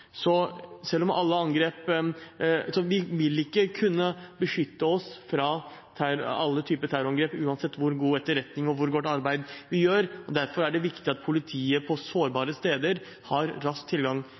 Vi vil ikke kunne beskytte oss mot alle typer terrorangrep uansett hvor god etterretning og hvor godt arbeid vi gjør. Derfor er det viktig at politiet på